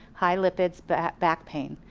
high lipids back back pain.